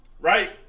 right